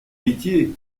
héritier